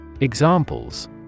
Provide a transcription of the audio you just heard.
Examples